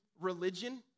religion